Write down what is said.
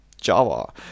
Java